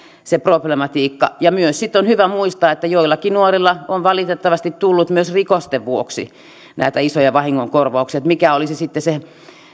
se problematiikka sitten on hyvä myös muistaa että joillakin nuorilla on valitettavasti tullut myös rikosten vuoksi näitä isoja vahingonkorvauksia mikä olisi sitten se